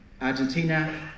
Argentina